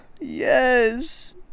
Yes